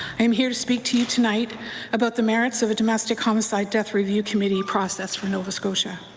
i'm here to speak to you tonight about the merits of a domestic homicide death review committee process for nova scotia.